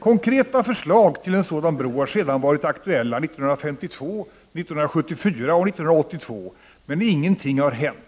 Konkreta förslag till en sådan bro har sedan varit aktuella 1952, 1974 och 1982, men ingenting har hänt!